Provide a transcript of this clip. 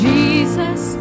Jesus